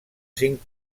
cinc